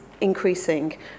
increasing